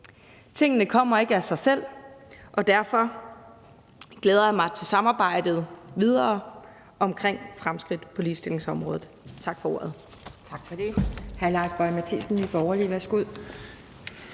Tingene kommer ikke af sig selv, og derfor glæder jeg mig til det videre samarbejde om fremskridt på ligestillingsområdet. Tak for ordet.